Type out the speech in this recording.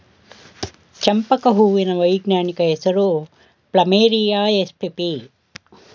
ಚಂಪಕ ಹೂವಿನ ವೈಜ್ಞಾನಿಕ ಹೆಸರು ಪ್ಲಮೇರಿಯ ಎಸ್ಪಿಪಿ